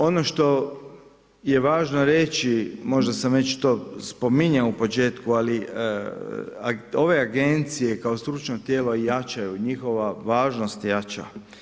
Ono što je važno reći, možda sam već to spominjao u početku, ali ove agencije, kao stručno tijelo jačaju, njihova važnost jača.